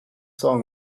song